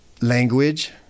language